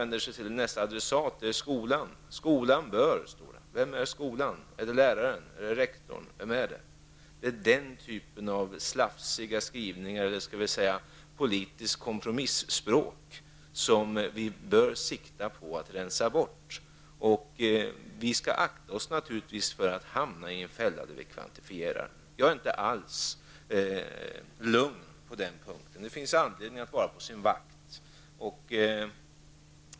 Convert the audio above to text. Den nästa adressaten är skolan. ''Skolan bör'', står det. Vem är skolan? Är det läraren, rektorn eller vem är den? Det är den här typen av slafsiga skrivningar, eller skall vi säga politiskt kompromisspråk, som vi bör rensa bort. Vi skall naturligtvis akta oss för att hamna i en fälla där vi kvantifierar. Jag är inte alls lugn på den punkten. Det finns anledning att vara på sin vakt.